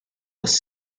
was